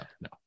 no